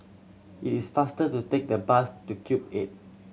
it is faster to take the bus to Cube Eight